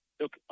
Look